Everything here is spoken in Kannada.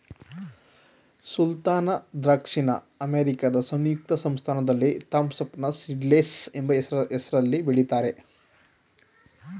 ಸುಲ್ತಾನ ದ್ರಾಕ್ಷಿನ ಅಮೇರಿಕಾ ಸಂಯುಕ್ತ ಸಂಸ್ಥಾನದಲ್ಲಿ ಥಾಂಪ್ಸನ್ ಸೀಡ್ಲೆಸ್ ಎಂಬ ಹೆಸ್ರಲ್ಲಿ ಬೆಳಿತಾರೆ